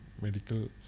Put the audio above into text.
medical